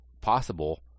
possible